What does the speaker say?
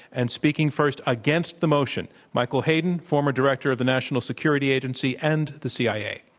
and speaking first against the motion, michael hayden, former director of the national security agency and the cia.